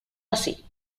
así